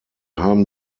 haben